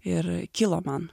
ir kilo man